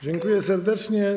Dziękuję serdecznie.